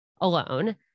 alone